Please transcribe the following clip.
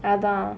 அதான்:athaan